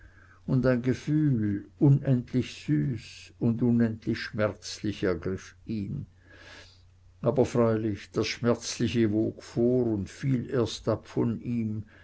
und ein gefühl unendlich süß und unendlich schmerzlich ergriff ihn aber freilich das schmerzliche wog vor und fiel erst ab von ihm